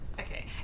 okay